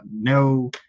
no